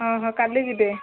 ହଁ ହଁ କାଲି ଯିବେ